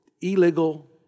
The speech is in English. illegal